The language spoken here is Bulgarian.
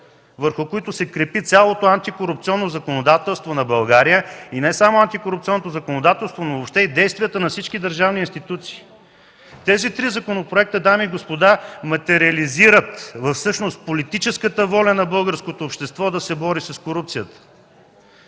върху които се крепи цялото антикорупционно законодателство на България и не само антикорупционното законодателство, но въобще и действията на всички държавни институции. Дами и господа, тези три законопроекта всъщност материализират политическата воля на българското общество да се бори с корупцията.